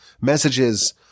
messages